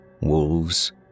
wolves